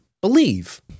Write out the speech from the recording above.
believe